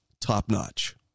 top-notch